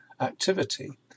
activity